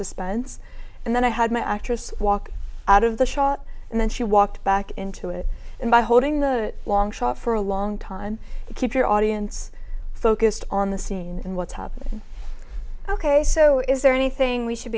suspense and then i had my actress walk out of the shot and then she walked back into it and by holding the long shot for a long time keep your audience focused on the scene and what's up ok so is there anything we should